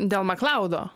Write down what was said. dėl maklaudo